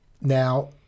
Now